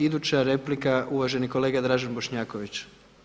Iduća replika uvaženi kolega Dražen Bošnjaković.